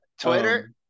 Twitter